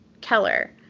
Keller